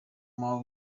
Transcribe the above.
mau